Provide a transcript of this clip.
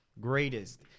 greatest